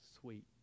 sweet